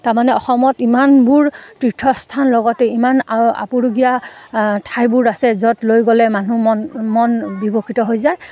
তাৰমানে অসমত ইমানবোৰ তীৰ্থস্থান লগতে ইমান অ আপুৰুগীয়া ঠাইবোৰ আছে য'ত লৈ গ'লে মানুহ মন মন বিভূষিত হৈ যায়